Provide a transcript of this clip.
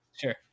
Sure